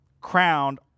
crowned